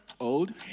Old